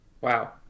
Wow